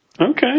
Okay